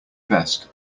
best